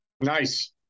Nice